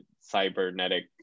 cybernetic